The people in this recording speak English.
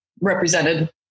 represented